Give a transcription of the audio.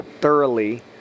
thoroughly